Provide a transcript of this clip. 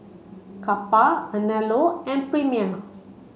Kappa Anello and Premier